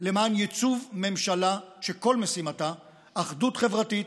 למען ייצוב ממשלה שכל משימתה היא אחדות חברתית,